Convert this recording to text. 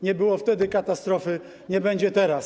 Nie było wtedy katastrofy, nie będzie teraz.